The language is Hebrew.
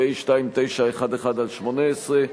פ/2911/18.